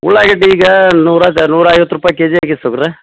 ಉಳ್ಳಾಗಡ್ಡಿ ಈಗ ನೂರ ನೂರ ಐವತ್ತು ರೂಪಾಯಿ ಕೆಜಿ ಆಗಿತ್ತು ಸಬ್ರ